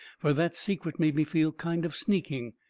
fur that secret made me feel kind of sneaking,